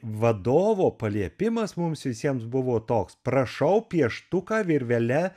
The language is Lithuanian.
vadovo paliepimas mums visiems buvo toks prašau pieštuką virvele